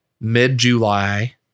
mid-July